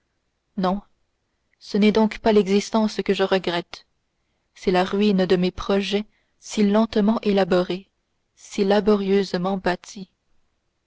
non ce n'est donc pas l'existence que je regrette c'est la ruine de mes projets si lentement élaborés si laborieusement bâtis